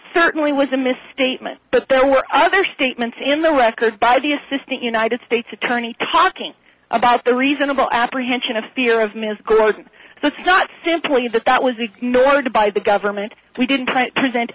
certainly was a misstatement but there were other statements in the record by the assistant united states attorney talking about the reasonable apprehension of fear of ms gross so it's not simply that that was ignored by the government we didn't present